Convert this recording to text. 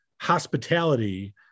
hospitality